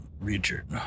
Richard